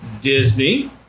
Disney